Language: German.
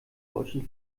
deutschen